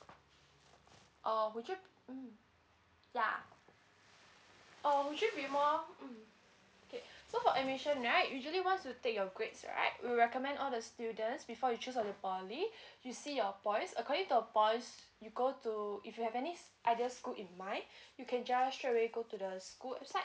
or would you mm yeah or would you be more mm okay so for admission right usually once you take your grades right we will recommend all the students before you choose on the poly you see your points according to your points you go to if you have any other school in mind you can just straight away go to the school website